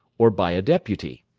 or by a deputy!